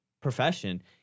profession